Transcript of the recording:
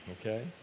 Okay